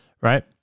Right